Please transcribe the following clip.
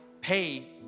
pay